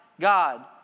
God